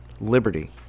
liberty